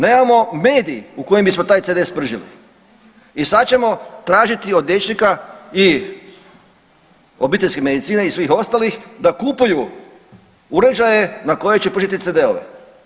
Nemamo medij u kojem bismo taj CD spržili i sad ćemo tražiti od liječnika i obiteljske medicine i svih ostalih da kupuju uređaje na koje će pržiti CD-ove.